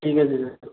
ঠিক আছে